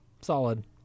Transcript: solid